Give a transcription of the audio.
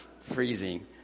freezing